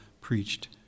preached